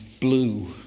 blue